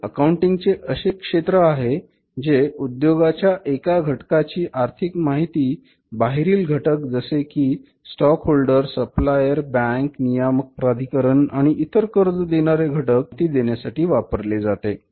हे एक अकाउंटिंग चे असे क्षेत्र आहे जे उद्योगाच्या एका घटकाची आर्थिक माहिती बाहेरील घटक जसे की स्टॉकहोल्डर सप्लायर बँक नियामक प्राधिकरण आणि इतर कर्ज देणारे घटक यांना माहिती देण्यासाठी वापरले जाते